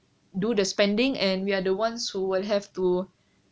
do the spending and we are the ones who will have to